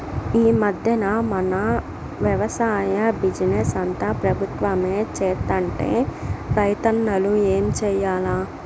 ఈ మధ్దెన మన వెవసాయ బిజినెస్ అంతా పెబుత్వమే సేత్తంటే రైతన్నలు ఏం చేయాల్ల